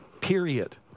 period